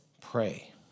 pray